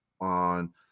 on